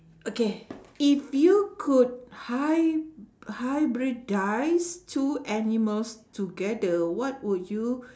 okay if you could hy~ hybridise two animals together what would you